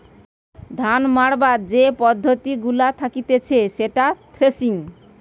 ধান মাড়াবার যে পদ্ধতি গুলা থাকতিছে সেটা থ্রেসিং